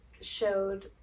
showed